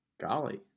golly